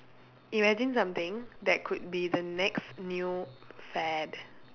imagine something that could be the next new fad